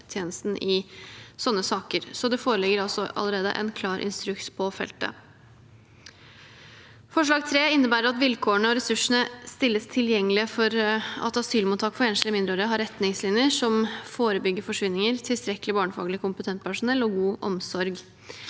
Forslag nr. 3 i representantforslaget innebærer at vilkårene og ressursene stilles tilgjengelige for at asylmottak for enslige mindreårige har retningslinjer som forebygger forsvinninger, tilstrekkelig barnefaglig kompetent personell og god omsorg.